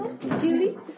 Julie